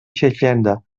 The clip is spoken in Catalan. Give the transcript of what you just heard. llegenda